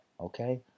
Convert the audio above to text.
Okay